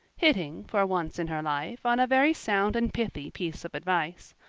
hitting for once in her life on a very sound and pithy piece of advice.